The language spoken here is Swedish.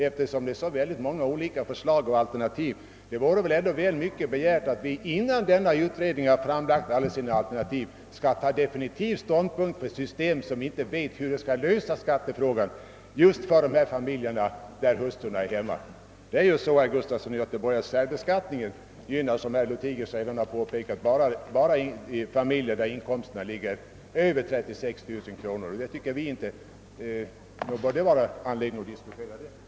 Eftersom det tydligen föreligger många alternativ är det ändå bra mycket begärt att vi innan utredningen har framlagt sina alternativ, skall ta definitiv ståndpunkt till ett system, när vi inte vet, hur skattehöjningen klaras för de familjer där hustrurna är hemma. Det är dock så, herr Gustafson, att den nuvarande särbeskattningen gynnar endast makar, vilkas sammanlagda inkomster överstiger 36 000 kronor. Nog finns det anledning att diskutera saken ingående.